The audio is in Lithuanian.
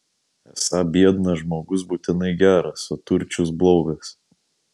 esą biednas žmogus būtinai geras o turčius blogas